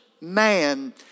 man